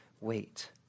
wait